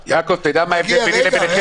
יעקב, אתה יודע מה ההבדל ביני לביניכם?